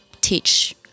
teach